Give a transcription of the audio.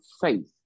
faith